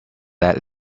let